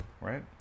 right